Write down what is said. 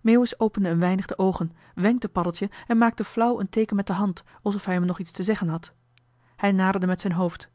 meeuwis opende een weinig de oogen wenkte paddeltje en maakte flauw een teeken met de hand alsof hij hem nog iets te zeggen had hij naderde met zijn hoofd